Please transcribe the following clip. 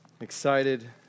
excited